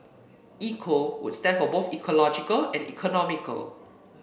eco would stand for both ecological and economical